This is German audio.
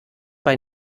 bei